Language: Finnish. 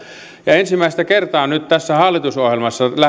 ensimmäistä kertaa nyt tässä hallitusohjelmassa